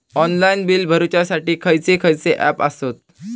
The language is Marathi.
ऑनलाइन बिल भरुच्यासाठी खयचे खयचे ऍप आसत?